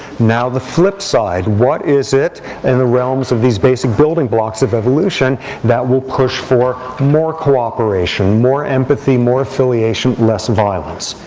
now, the flip side what is it in the realms of these basic building blocks of evolution that will push for more cooperation, more empathy, more affiliation, less violence?